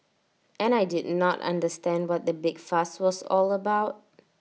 and I did not understand what the big fuss was all about